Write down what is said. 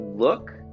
look